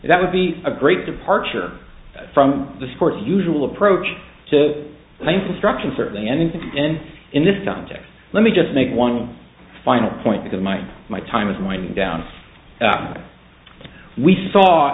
that would be a great departure from the sport usual approach to playing construction certainly anything and in this context let me just make one final point because my my time is winding down we saw